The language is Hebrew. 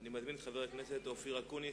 אני מזמין את חבר הכנסת אופיר אקוניס.